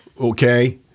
Okay